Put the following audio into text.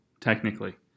technically